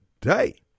day